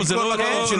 קרוב?